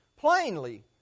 plainly